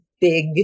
big